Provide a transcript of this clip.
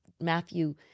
Matthew